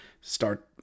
start